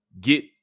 get